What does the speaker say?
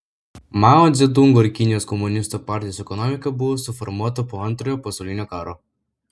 mao dzedungo ir kinijos komunistų partijos ekonomika buvo suformuota po antrojo pasaulinio karo